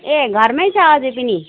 ए घरमै छ अजय पनि